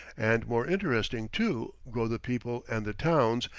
and more interesting, too, grow the people and the towns,